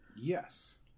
Yes